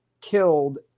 killed